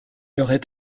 aurait